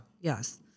yes